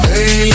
Hey